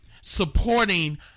Supporting